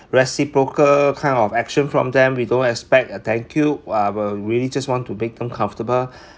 reciprocal kind of action from them we don't expect a thank you what we really just want to make them comfortable